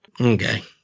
Okay